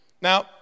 Now